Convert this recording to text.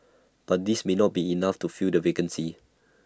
but this may not be enough to fill the vacancies